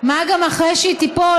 מה גם שאחרי שהיא תיפול,